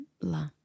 La